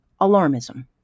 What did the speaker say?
alarmism